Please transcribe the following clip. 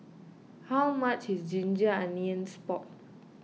how much is Ginger Onions Pork